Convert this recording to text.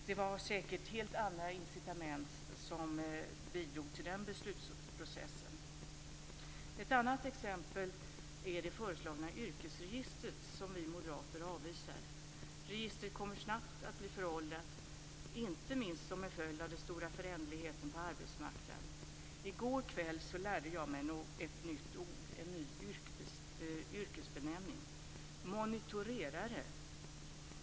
Det var säkert helt andra incitament som bidrog till den beslutsprocessen. Ett annat exempel är det föreslagna yrkesregistret, vilket vi moderater avvisar. Registret kommer snabbt att bli föråldrat, inte minst som en följd av den stora föränderligheten på arbetsmarknaden. I går kväll lärde jag mig ett nytt ord, en ny yrkesbenämning; monitorerare.